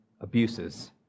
abuses